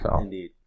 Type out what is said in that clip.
Indeed